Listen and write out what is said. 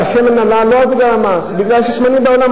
והשמן עלה לא רק בגלל המס, בגלל השמנים בעולם,